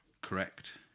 Correct